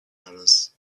others